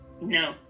No